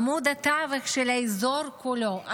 עמוד התווך של האזור כולו,